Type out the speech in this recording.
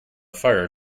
fire